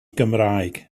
gymraeg